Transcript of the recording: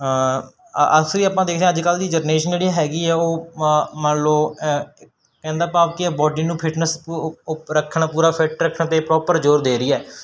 ਅਕਸਰ ਹੀ ਆਪਾਂ ਦੇਖਦੇ ਅੱਜ ਕੱਲ੍ਹ ਦੀ ਜਨਰੇਸ਼ਨ ਜਿਹੜੀ ਹੈਗੀ ਆ ਉਹ ਮੰਨ ਲਓ ਕਹਿਣ ਦਾ ਭਾਵ ਕੀ ਹੈ ਬਾਡੀ ਨੂੰ ਫਿੱਟਨੈਸ ਰੱਖਣ ਪੂਰਾ ਫਿੱਟ ਰੱਖਣ ਲਈ ਪ੍ਰੋਪਰ ਜ਼ੋਰ ਦੇ ਰਹੀ ਹੈ